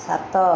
ସାତ